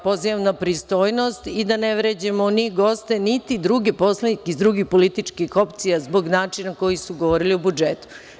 Pozivam na pristojnost i da ne vređamo ni goste, niti druge poslanike iz drugih političkih opcija zbog načina na koji su govorili o budžetu.